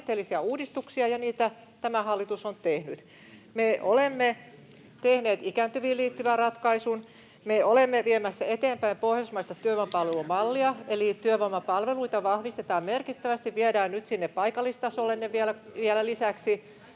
ja niitä tämä hallitus on tehnyt. Me olemme tehneet ikääntyviin liittyvän ratkaisun. Me olemme viemässä eteenpäin pohjoismaista työvoimapalvelumallia, eli työvoimapalveluita vahvistetaan merkittävästi, viedään ne nyt sinne paikallistasolle vielä lisäksi